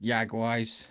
Yagwise